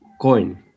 coin